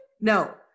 No